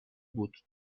بود